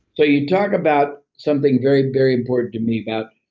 so, you talk about something very, very important to me about